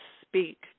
speak